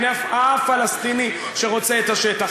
אין אף פלסטיני שרוצה את השטח.